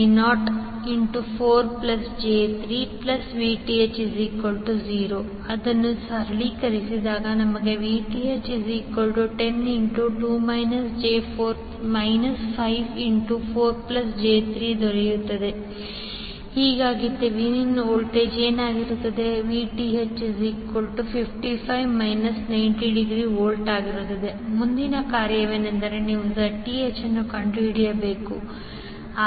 5I04j3VTh0 ಅಥವಾ VTh102 j4 54j3 j55 ಗಾಗಿ Thevenin voltage ಆಗಿದೆ VTh55∠ 90V ಮುಂದಿನ ಕಾರ್ಯವೆಂದರೆ ನೀವು Zth ಅನ್ನು ಕಂಡುಹಿಡಿಯಬೇಕು